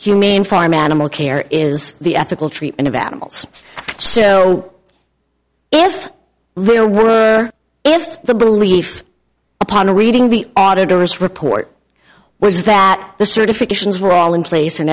ane farm animal care is the ethical treatment of animals so if there were if the belief upon reading the auditors report was that the certifications were all in place and